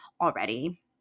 already